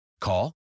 call